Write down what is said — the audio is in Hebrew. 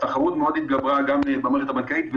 התחרות מאוד התגברה גם במערכת הבנקאית,